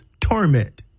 torment